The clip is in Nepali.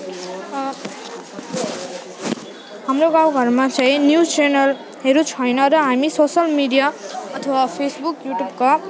हाम्रो गाउँघरमा चाहिँ न्युज च्यानलहरू छैन र हामी सोसल मिडिया अथवा फेसबुक युट्युबका